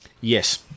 Yes